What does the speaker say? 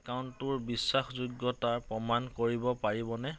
একাউণ্টটোৰ বিশ্বাসযোগ্যতা প্ৰমাণ কৰিব পাৰিবনে